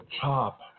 chop